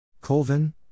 Colvin